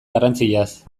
garrantziaz